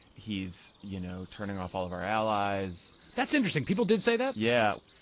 he's you know turning off all of our allies. that's interesting. people did say that? yeah.